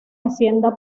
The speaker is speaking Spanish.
hacienda